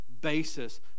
basis